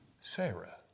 Sarah